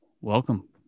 welcome